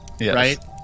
right